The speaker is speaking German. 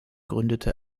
gründete